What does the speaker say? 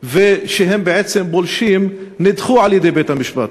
ושהם בעצם פולשים, נדחו על-ידי בית-המשפט.